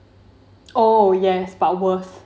oh yes but worse